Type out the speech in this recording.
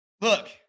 Look